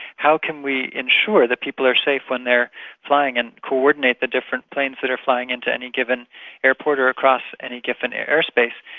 how can we ensure that people are safe when they are flying and coordinate the different planes that are flying into any given airport or across any given air space.